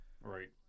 right